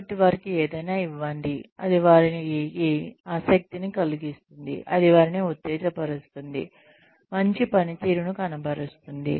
కాబట్టి వారికి ఏదైనా ఇవ్వండి అది వారికి ఆసక్తిని కలిగిస్తుంది అది వారిని ఉత్తేజపరుస్తుంది మంచి పనితీరును కనబరుస్తుంది